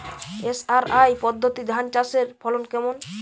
SRI পদ্ধতি ধান চাষের ফলন কেমন?